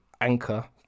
Anchor